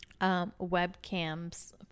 Webcams